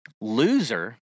Loser